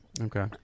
Okay